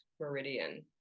Meridian